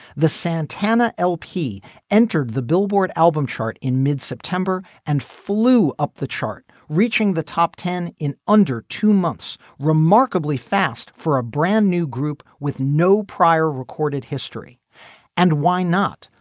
the santana lp entered the billboard album chart in mid-september and flew up the chart reaching the top ten in under two months. remarkably fast for a brand new group with no prior recorded history and why not.